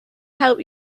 help